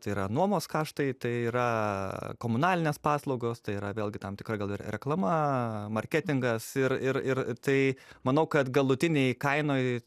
tai yra nuomos kaštai tai yra komunalinės paslaugos tai yra vėlgi tam tikra gal ir reklama marketingas ir ir ir tai manau kad galutinėj kainoj